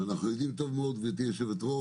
אנחנו יודעים טוב מאוד, גברתי היו"ר,